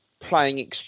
playing